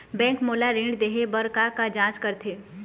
Bank मोला ऋण देहे बार का का जांच करथे?